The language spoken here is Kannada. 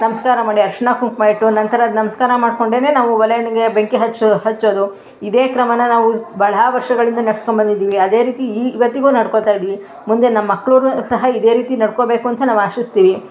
ನಮಸ್ಕಾರ ಮಾಡಿ ಅರ್ಶಿಣ ಕುಂಕುಮಯಿಟ್ಟು ನಂತರ ಅದು ನಮಸ್ಕಾರ ಮಾಡಿಕೊಂಡೆನೇ ನಾವು ಒಲೆನಿಗೆ ಬೆಂಕಿ ಹಚ್ಚೋದು ಇದೆ ಕ್ರಮನ ನಾವು ಬಹಳ ವರ್ಷಗಳಿಂದ ನಡೆಸ್ಕೊಬಂದಿದೀವಿ ಅದೇ ರೀತಿ ಈ ಇವತ್ತಿಗೂ ನಡ್ಕೊತಾ ಇದ್ದೀವಿ ಮುಂದೆ ನಮ್ಮ ಮಕ್ಕಳೂ ಸಹ ಇದೆ ರೀತಿ ನಡ್ಕೋಬೇಕು ಅಂತ ನಾವು ಆಶಿಸ್ತೀವಿ